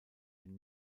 den